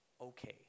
okay